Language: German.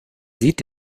sieht